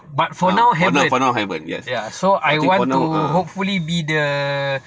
but for now haven't ya so I want to hopefully be the